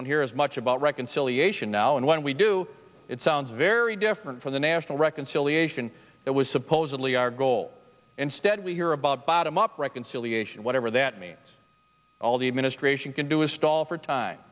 don't hear as much about reconciliation now and when we do it sounds very different from the national reconciliation that was supposedly our goal instead we hear about bottom up reconciliation whatever that means all the administration can do is stall for time